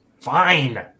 fine